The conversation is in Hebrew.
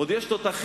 עוד יש תותחים